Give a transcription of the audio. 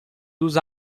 dos